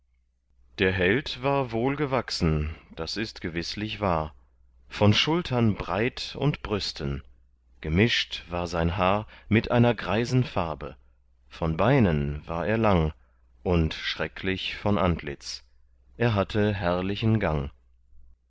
der held war wohlgewachsen das ist gewißlich wahr von schultern breit und brüsten gemischt war sein haar mit einer greisen farbe von beinen war er lang und schrecklich von antlitz er hatte herrlichen gang